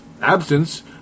absence